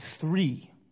three